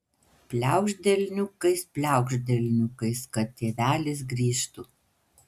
pliaukšt delniukais pliaukšt delniukais kad tėvelis grįžtų